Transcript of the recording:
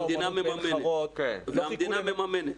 והמדינה מממנת.